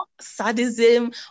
sadism